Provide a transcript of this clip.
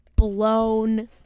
blown